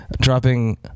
dropping